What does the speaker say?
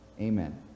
Amen